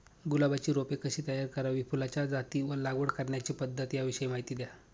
गुलाबाची रोपे कशी तयार करावी? फुलाच्या जाती व लागवड करण्याची पद्धत याविषयी माहिती द्या